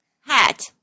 Hat